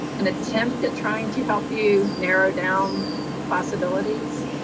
an attempt at trying to help you narrow down possibilities.